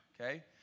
Okay